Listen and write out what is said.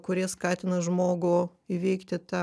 kurie skatina žmogų įveikti tą